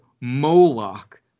Moloch